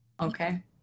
Okay